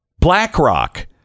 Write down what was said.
BlackRock